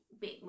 big